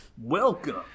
Welcome